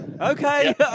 Okay